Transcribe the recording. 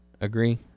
agree